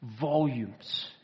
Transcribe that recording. volumes